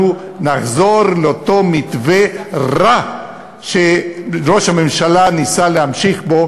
אנחנו נחזור לאותו מתווה רע שראש הממשלה ניסה להמשיך בו